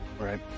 Right